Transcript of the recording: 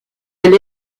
est